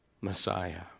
Messiah